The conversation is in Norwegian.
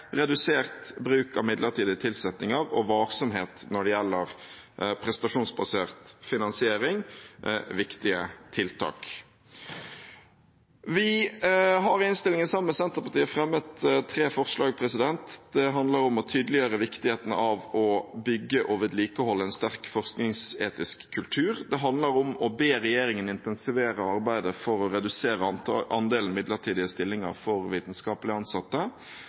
redusert bruk av midlertidige tilsettinger og varsomhet når det gjelder prestasjonsbasert finansiering, viktige tiltak. Vi har i innstillingen sammen med Senterpartiet fremmet tre forslag. Det handler om å tydeliggjøre viktigheten av å bygge og vedlikeholde en sterk forskningsetisk kultur. Det handler om å be regjeringen intensivere arbeidet for å redusere andelen midlertidige stillinger for vitenskapelig ansatte,